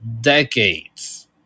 decades